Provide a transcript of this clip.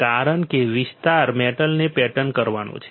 કારણ કે વિચાર મેટલને પેટર્ન કરવાનો છે